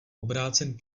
obrácen